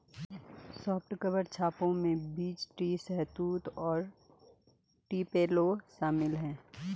soft cover छापों में beech tree, शहतूत और टुपेलो शामिल है